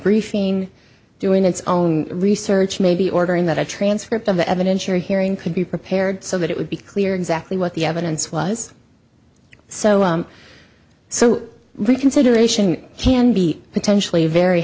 briefing doing its own research maybe ordering that a transcript of the evidence your hearing could be prepared so that it would be clear exactly what the evidence was so so reconsideration can be potentially very